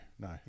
no